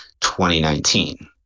2019